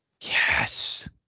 Yes